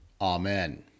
Amen